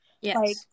yes